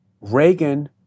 Reagan